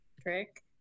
trick